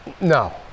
No